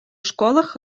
школах